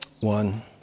one